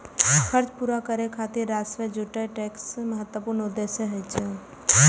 खर्च पूरा करै खातिर राजस्व जुटेनाय टैक्स के महत्वपूर्ण उद्देश्य होइ छै